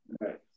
Right